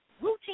routine